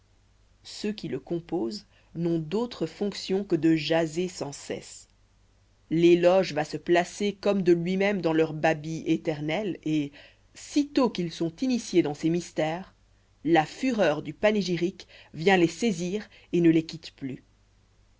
ceux qui le composent n'ont d'autres fonctions que de jaser sans cesse l'éloge va se placer comme de lui-même dans leur babil éternel et sitôt qu'ils sont initiés dans ses mystères la fureur du panégyrique vient les saisir et ne les quitte plus